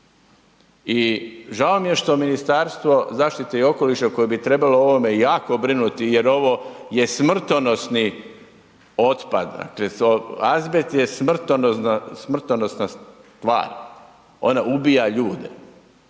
i žao mi je što Ministarstvo zaštite i okoliša koje bi trebalo o ovome jako brinuti jer ovo je smrtonosni otpad, azbest je smrtonosna stvar, ona ubija ljude